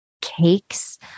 cakes